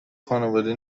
خانواده